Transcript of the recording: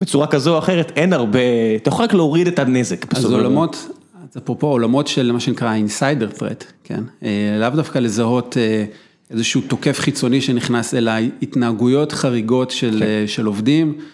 בצורה כזו או אחרת, אין הרבה, אתה יכול רק להוריד את הנזק בסופו של דבר. אז עולמות, אפרופו עולמות של מה שנקרא, insider threat , לאו דווקא לזהות איזשהו תוקף חיצוני שנכנס אלא ההתנהגויות חריגות של אה... של עובדים...